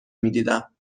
میدیدم